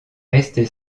resté